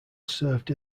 served